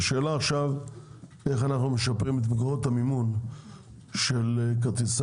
השאלה עכשיו איך אנחנו משפרים את מקורות המימון של כרטיסי